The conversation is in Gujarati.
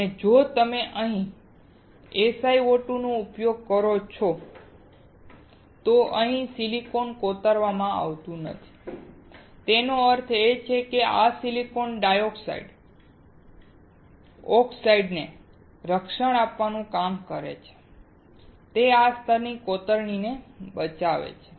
જો તમે અહીં SiO2 નો ઉપયોગ કરો છો તો અહીંનું સિલિકોન કોતરવામાં આવતું નથી તેનો અર્થ એ કે આ સિલિકોન ડાયોક્સાઈડ ઓક્સાઈડને રક્ષણ આપવાનું કામ કરે છે તે આ સ્તરને કોતરવાથી બચાવે છે